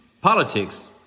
politics